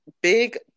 big